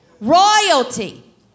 Royalty